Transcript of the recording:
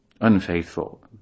unfaithful